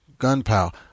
Gunpow